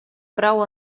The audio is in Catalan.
prou